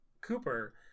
Cooper